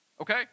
Okay